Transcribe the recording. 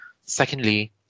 Secondly